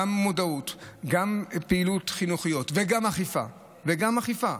גם מודעות, גם פעולות חינוכיות וגם אכיפה,